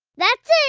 that's it.